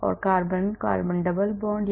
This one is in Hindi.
carbon carbon double bond